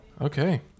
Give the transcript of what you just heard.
Okay